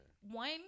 one